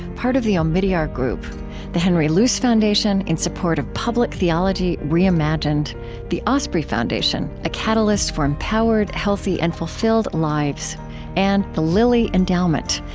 part of the omidyar group the henry luce foundation, in support of public theology reimagined the osprey foundation a catalyst for empowered, healthy, and fulfilled lives and the lilly endowment,